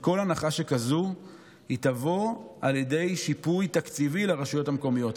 שכל הנחה שכזאת תבוא על ידי שיפוי תקציבי לרשויות המקומיות.